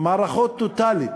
מערכות טוטלית,